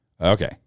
Okay